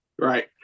Right